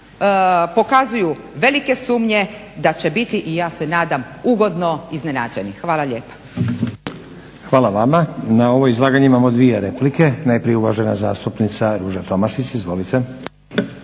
pokazuju velike sumnje da će biti i ja se nadam ugodno iznenađeni. Hvala lijepa. **Stazić, Nenad (SDP)** Hvala vama. Na ovo izlaganje imamo 2 replike. Najprije uvažena zastupnica Ruža Tomašić, izvolite.